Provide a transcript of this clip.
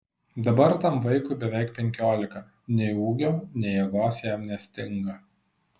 dabar tam vaikui beveik penkiolika nei ūgio nei jėgos jam nestinga